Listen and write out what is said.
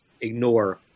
ignore